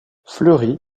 fleury